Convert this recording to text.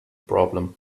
problem